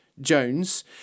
jones